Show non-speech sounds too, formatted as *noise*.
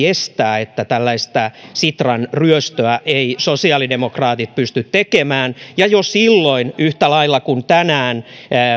*unintelligible* estää että tällaista sitran ryöstöä sosiaalidemokraatit pystyisi tekemään ja jo silloin yhtä lailla kuin tänään